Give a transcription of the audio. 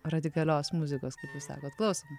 radikalios muzikos kaip jūs sakot klausom